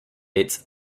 its